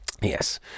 Yes